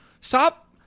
stop